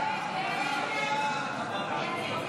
סעיף